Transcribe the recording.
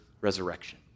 resurrection